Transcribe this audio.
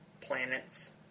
Planets